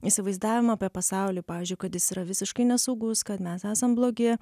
įsivaizdavimą apie pasaulį pavyzdžiui kad jis yra visiškai nesaugus kad mes esam blogi